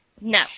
no